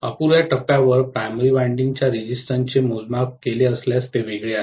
अपुरा टप्प्यावर primary winding च्या रेजिस्टन्स चे मोजमाप केले असल्यास ते वेगळे आहे